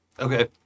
Okay